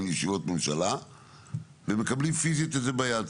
לישיבות ממשלה ומקבלים פיזית את זה ביד,